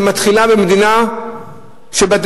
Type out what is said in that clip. שמתחילה במדינה שבדרך.